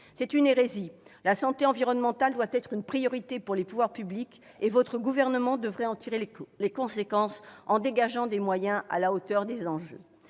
C'est une hérésie ! La santé environnementale doit être une priorité pour les pouvoirs publics et votre gouvernement devrait en tirer les conséquences en dégageant des moyens à la hauteur des enjeux.